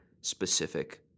specific